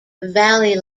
valley